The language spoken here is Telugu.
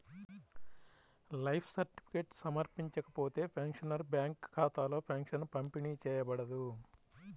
లైఫ్ సర్టిఫికేట్ సమర్పించకపోతే, పెన్షనర్ బ్యేంకు ఖాతాలో పెన్షన్ పంపిణీ చేయబడదు